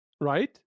right